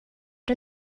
det